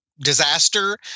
disaster